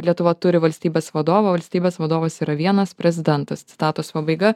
lietuva turi valstybės vadovą valstybės vadovas yra vienas prezidentas citatos pabaiga